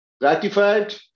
ratified